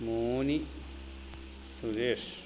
Moni Suresh